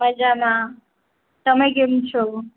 મજામાં તમે કેમ છો